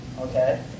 okay